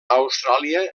austràlia